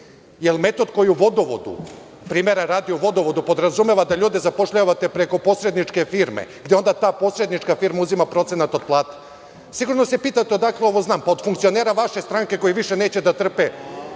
to metod koji je u vodovodu? Primera radi u vodovodu podrazumeva da ljude zapošljavate preko posredničke firme, gde onda ta posrednička firma uzima procenat od plate. Sigurno se pitate odakle ovo znam. Od funkcionera vaše stranke koji više neće da trpe